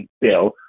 bill